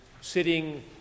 sitting